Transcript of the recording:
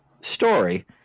story